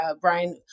Brian